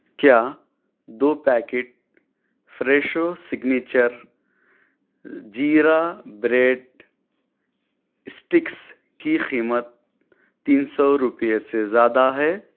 کیا دو packet Fresho signature jeera bread sticks کی قیمت تین سو روپیے سے زیادہ ہے؟